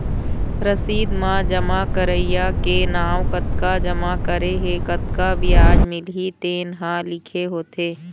रसीद म जमा करइया के नांव, कतका जमा करे हे, कतका बियाज मिलही तेन ह लिखे होथे